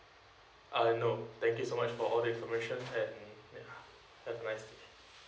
uh no thank you so much for all the information and ya have a nice day